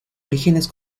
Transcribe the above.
orígenes